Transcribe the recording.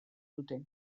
dute